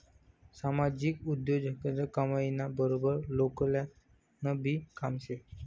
सामाजिक उद्योगजगतनं कमाईना बराबर लोककल्याणनंबी काम शे